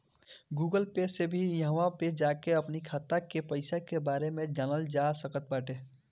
Google Pay से भी इहवा पे जाके अपनी खाता के पईसा के बारे में जानल जा सकट बाटे